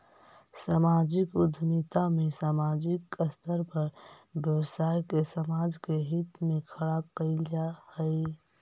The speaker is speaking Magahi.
सामाजिक उद्यमिता में सामाजिक स्तर पर व्यवसाय के समाज के हित में खड़ा कईल जा हई